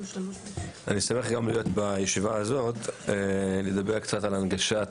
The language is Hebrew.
אני שמח להיות בישיבה הזאת ולדבר קצת על הנגשת